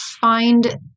find